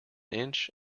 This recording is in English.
inch